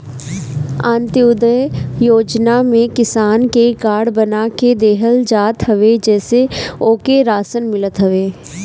अन्त्योदय योजना में किसान के कार्ड बना के देहल जात हवे जेसे ओके राशन मिलत हवे